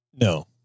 No